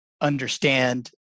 understand